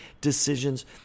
decisions